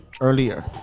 earlier